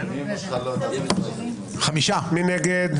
מי נגד?